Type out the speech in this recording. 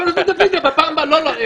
אפשר לעשות רביזיה בפעם הבאה.